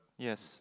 yes